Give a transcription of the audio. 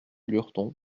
lurton